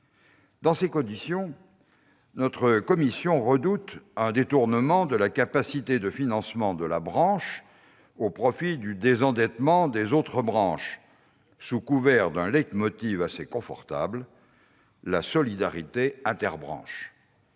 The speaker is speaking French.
Dans ces conditions, notre commission redoute un détournement de la capacité de financement de la branche au profit du désendettement des autres branches, sous couvert d'un assez confortable : la « solidarité interbranches